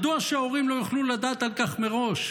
מדוע שהורים לא יוכלו לדעת על כך מראש?